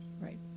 Right